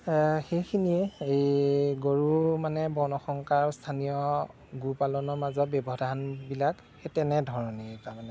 সেইখিনিয়েই গৰুৰ মানে বৰ্ণ সংকাৰ আৰু স্থানীয় গো পালনৰ মাজত ব্যৱধানবিলাক সেই তেনেধৰণেই তাৰমানে